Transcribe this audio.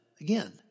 again